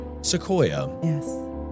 Sequoia